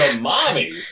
mommy